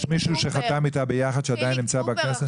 יש מישהו שחתם איתה ביחד שעדיין נמצא בכנסת?